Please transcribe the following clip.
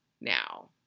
now